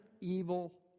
evil